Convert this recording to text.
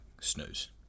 snooze